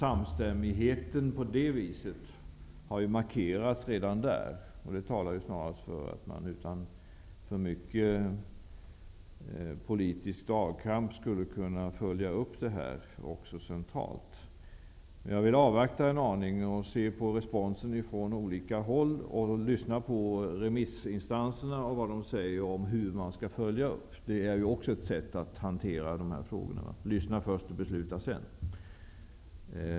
Samstämmigheten har ju markerats redan där. Det talar ju snarast för att man, utan för mycket politisk dragkamp, skulle kunna följa upp detta också centralt. Men jag vill avvakta en aning, beakta responsen från olika håll och lyssna på vad remissinstanserna säger om hur man skall följa upp detta. Det är också ett sätt att hantera dessa frågor. Man lyssnar först och beslutar sedan.